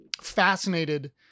fascinated